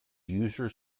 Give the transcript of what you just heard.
user